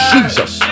Jesus